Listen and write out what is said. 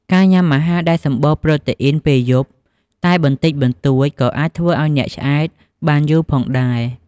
ការញ៉ាំអាហារដែលសម្បូរប្រតេអ៊ីនពេលយប់តែបន្តិចបន្តួចក៏អាចធ្វើឲ្យអ្នកឆ្អែតបានយូរផងដែរ។